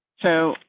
so,